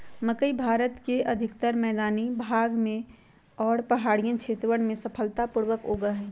मकई भारत के अधिकतर मैदानी भाग में और पहाड़ियन क्षेत्रवन में सफलता पूर्वक उगा हई